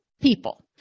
people